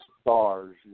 stars